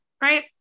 right